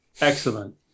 Excellent